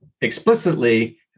explicitly